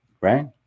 right